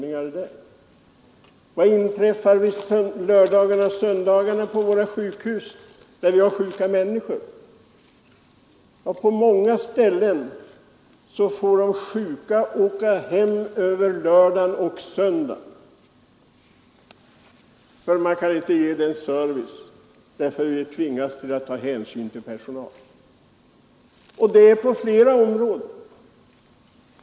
Vad inträffar på lördagar och söndagar på våra sjukhus? Jo, på många ställen får de sjuka åka hem över lördag-söndag därför att de inte kan få den service de behöver på sjukhusen på grund av att man tvingas att ta hänsyn till personalen. Det är liknande förhållanden på flera områden.